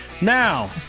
Now